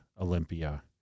Olympia